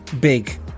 big